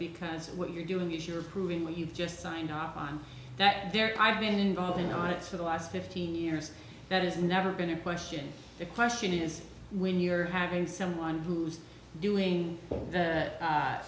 because what you're doing is you're proving what you've just signed off on that there i've been involved in on it for the last fifteen years that has never been a question the question is when you're having someone who's doing